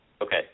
Okay